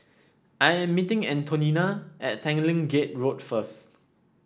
I am meeting Antonina at Tanglin Gate Road first